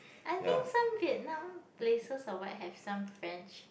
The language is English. I think some Vietnam places or what have some French